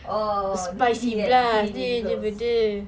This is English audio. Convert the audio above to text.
oh number three kan three mean girls